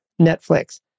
Netflix